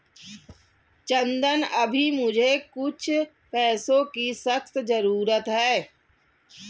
चंदन अभी मुझे कुछ पैसों की सख्त जरूरत है